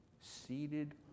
seated